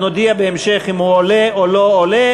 אנחנו נודיע בהמשך אם הוא עולה או לא עולה.